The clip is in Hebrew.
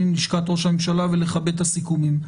עם לשכת ראש הממשלה ולכבד את הסיכומים.